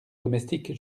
domestique